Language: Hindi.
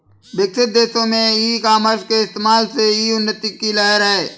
विकसित देशों में ई कॉमर्स के इस्तेमाल से ही उन्नति की लहर है